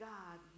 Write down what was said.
God